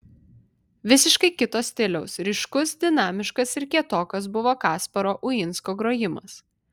visiškai kito stiliaus ryškus dinamiškas ir kietokas buvo kasparo uinsko grojimas